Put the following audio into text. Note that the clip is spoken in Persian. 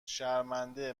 شرمنده